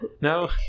No